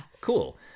Cool